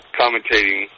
commentating